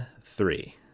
three